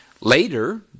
Later